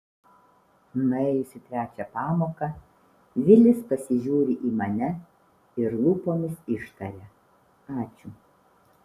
nuėjus į trečią pamoką vilis pasižiūri į mane ir lūpomis ištaria ačiū